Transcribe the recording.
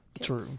True